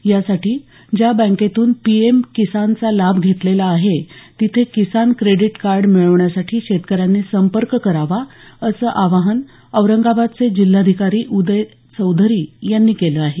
यासाठीज्या बँकेतून पीएम किसानचा लाभ घेतलेला आहेतिथे किसान क्रेडीट कार्ड मिळवण्यासाठी शेतकऱ्यांनी संपर्क करावा असं आवाहन औरंगाबादचे जिल्हाधिकारी उदय चौधरी यांनी केलं आहे